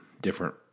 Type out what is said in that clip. different